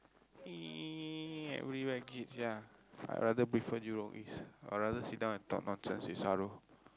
every where kids ya I rather prefer Jurong-East I rather sit down and talk nonsense with Saro